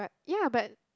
ya but